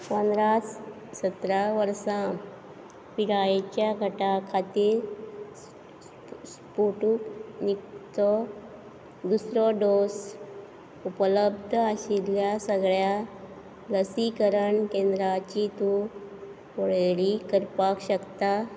पंदरा सतरा वर्सां पिरायेच्या गटा खातीर स्पुटनिकचो दुसरो डोस उपलब्ध आशिल्ल्या सगळ्या लसीकरण केंद्रांची तूं वळेरी करपाक शकता